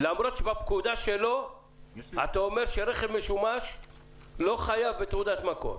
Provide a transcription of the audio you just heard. למרות שבפקודה שלו אתה אומר שרכב משומש לא חייב בתעודת מקור.